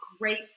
great